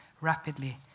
rapidly